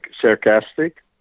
sarcastic